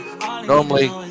Normally